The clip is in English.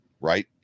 right